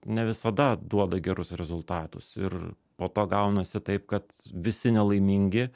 ne visada duoda gerus rezultatus ir po to gaunasi taip kad visi nelaimingi